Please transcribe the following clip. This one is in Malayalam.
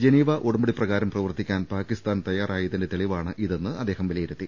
ജനീവ ഉടമ്പടി പ്രകാരം പ്രവർത്തിക്കാൻ പാകിസ്ഥാൻ തയാറായതിന്റെ തെളിവാണിതെന്ന് അദ്ദേഹം വിലയി രുത്തി